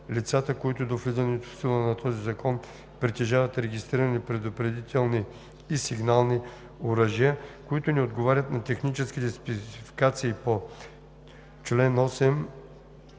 Лицата, които до влизането в сила на този закон притежават регистрирани предупредителни и сигнални оръжия, които не отговарят на техническите спецификации по чл.